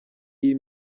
iyi